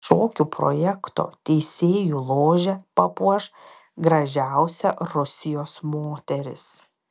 šokių projekto teisėjų ložę papuoš gražiausia rusijos moteris